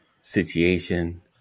situation